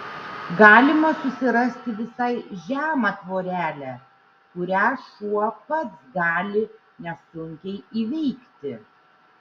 galima susirasti visai žemą tvorelę kurią šuo pats gali nesunkiai įveikti